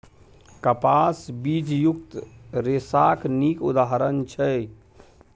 कपास बीजयुक्त रेशाक नीक उदाहरण छै